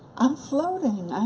i'm floating,